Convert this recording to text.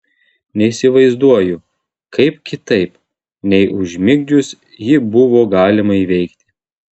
neįsivaizduoju kaip kitaip nei užmigdžius jį buvo galima įveikti